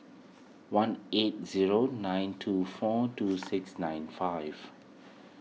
one eight zero nine two four two six nine five